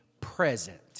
present